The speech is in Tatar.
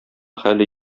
хәле